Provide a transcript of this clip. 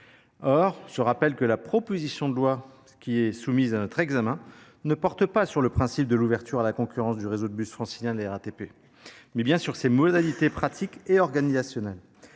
Or je rappelle que la proposition de loi qui est soumise à notre examen porte non pas sur le principe de l’ouverture à la concurrence du réseau de bus francilien de la RATP, mais bel et bien sur ses modalités pratiques et organisationnelles.